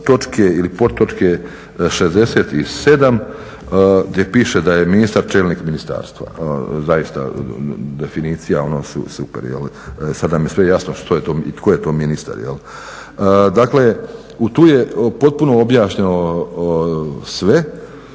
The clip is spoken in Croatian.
točke ili podtočke 67. gdje piše da je ministar čelnik ministarstva. Zaista definicija ono super, sada nam je sve jasno što je to i tko je to ministar. Dakle tu je potpuno objašnjeno sve,